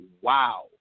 wow